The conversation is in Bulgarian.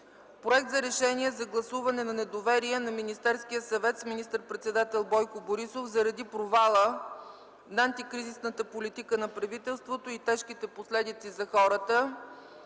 Проект за Решение за гласуване на недоверие на Министерския съвет с министър-председател Бойко Борисов заради провала на антикризисната политика на правителството и тежките последици за хората.